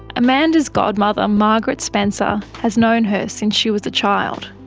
amanda's godmother margaret spenser has known her since she was a child.